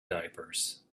diapers